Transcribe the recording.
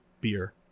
beer